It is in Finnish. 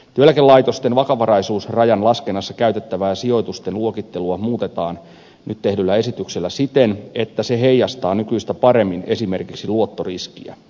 työeläkelaitosten vakavaraisuusrajan laskennassa käytettävää sijoitusten luokittelua muutetaan nyt tehdyllä esityksellä siten että se heijastaa nykyistä paremmin esimerkiksi luottoriskiä